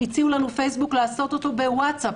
הציעה לנו פייסבוק לעשות אותו ב-ווטסאפ.